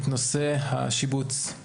את נושא השיבוצים.